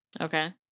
Okay